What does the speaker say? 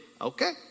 Okay